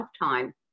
lifetime